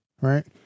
right